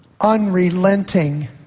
unrelenting